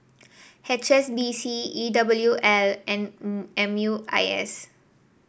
H S B C E W L and M U I S